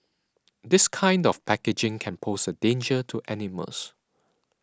this kind of packaging can pose a danger to animals